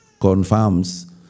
confirms